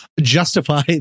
justify